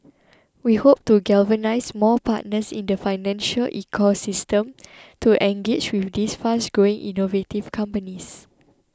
we hope to galvanise more partners in the financial ecosystem to engage with these fast growing innovative companies